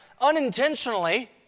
unintentionally